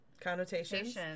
connotations